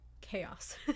chaos